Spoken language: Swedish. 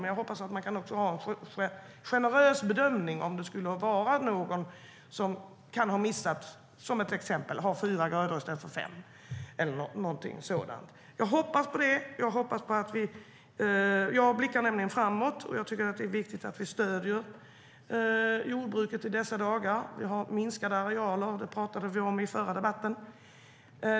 Men jag hoppas att man kan ha en generös bedömning om det är någon som kan ha missat och till exempel har fyra grödor i stället för fem, eller någonting sådant. Jag hoppas på det. Jag blickar framåt. Det är viktigt att vi stöder jordbruket i dessa dagar. Vi har minskade arealer. Det talade vi om i förra debatten.